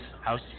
house